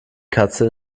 katze